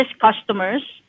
customers